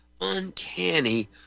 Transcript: uncanny